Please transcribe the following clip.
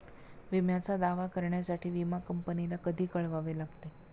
विम्याचा दावा करण्यासाठी विमा कंपनीला कधी कळवावे लागते?